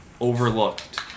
Overlooked